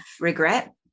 regret